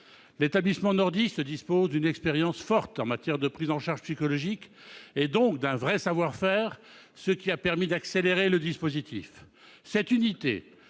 L'établissement nordiste dispose d'une expérience forte en matière de prise en charge psychologique et, donc, d'un vrai savoir-faire, ce qui a permis d'accélérer le dispositif. Cette unité,